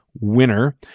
winner